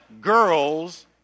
girls